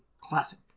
Classic